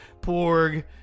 Porg